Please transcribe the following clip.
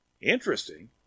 interesting